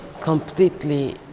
completely